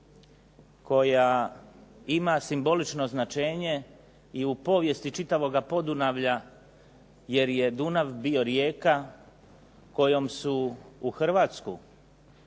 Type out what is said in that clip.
koja ima simbolično značenje i u povijesti čitavoga podunavlja jer je Dunav bio rijeka kojom su u Hrvatsku,